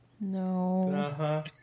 No